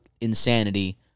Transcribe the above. insanity